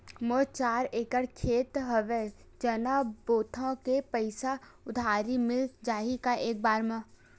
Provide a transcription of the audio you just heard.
मोर चार एकड़ खेत हवे चना बोथव के पईसा उधारी मिल जाही एक बार मा?